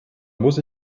muss